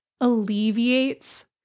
alleviates